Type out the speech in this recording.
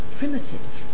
primitive